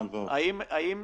האנשים